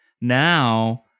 now